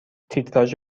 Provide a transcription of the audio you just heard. تیتراژ